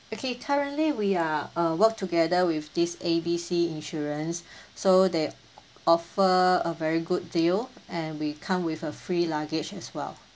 okay currently we are uh work together with this A B C insurance so they offer a very good deal and we come with a free luggage as well